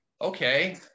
Okay